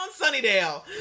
sunnydale